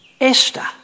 Esther